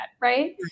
right